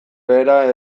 behera